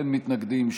אין מתנגדים,